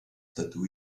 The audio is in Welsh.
dydw